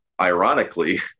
ironically